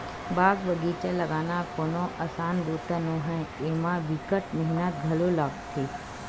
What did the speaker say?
बाग बगिचा लगाना कोनो असान बूता नो हय, एमा बिकट मेहनत घलो लागथे